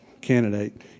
candidate